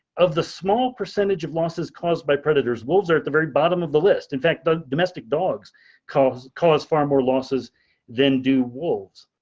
of the small percentage of losses caused by predators, wolves are at the very bottom of the list. in fact, the domestic dogs cause far more losses than do wolves.